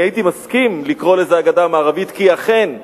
אני הייתי מסכים לקרוא לזה "הגדה המערבית" כי אכן,